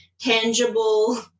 tangible